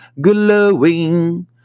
glowing